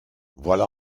voilà